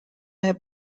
their